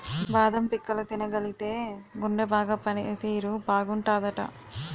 బాదం పిక్కలు తినగలిగితేయ్ గుండె బాగా పని తీరు బాగుంటాదట